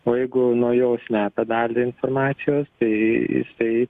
o jeigu nuo jo slepia dalį informacijos tai jisai